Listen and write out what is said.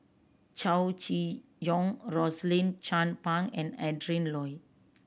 Chow Chee Yong Rosaline Chan Pang and Adrin Loi